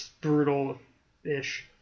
brutal-ish